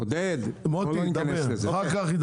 עודד, בוא לא נדבר על זה.